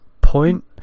point